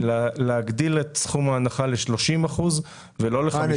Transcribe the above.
להגדיל את סכום ההנחה ל-30 אחוזים ולא ל-15 אחוזים.